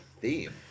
theme